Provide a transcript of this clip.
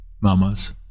Mamas